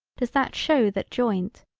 does that show that joint,